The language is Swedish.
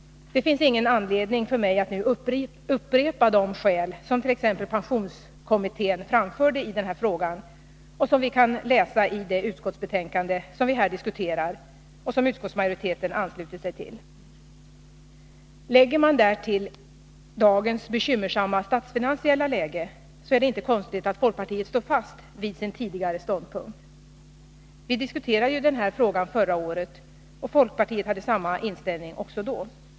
Det finns ingen anledning för mig att nu upprepa de skäl som pensionskommittén framförde i denna fråga och som vi kan läsa i det betänkande från utskottsmajoriteten som vi nu diskuterar. Lägger man därtill dagens bekymmersamma statsfinansiella läge är det inte konstigt att folkpartiet står fast vid sin tidigare ståndpunkt. Vi diskuterade denna fråga förra året, och folkpartiet hade samma inställning också då.